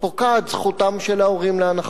פוקעת זכותם של ההורים להנחה.